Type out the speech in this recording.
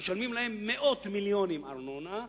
ומשלמים להן מאות מיליונים ארנונה,